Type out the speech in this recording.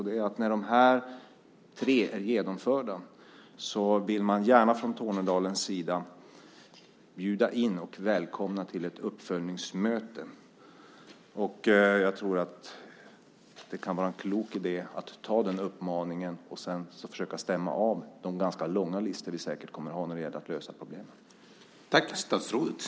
Det är att när de här tre sakerna är genomförda vill man gärna från Tornedalens sida bjuda in och välkomna till ett uppföljningsmöte. Jag tror att det kan vara en klok idé att ta den uppmaningen och sedan försöka stämma av de ganska långa listor vi säkert kommer att ha när det gäller att lösa problemen.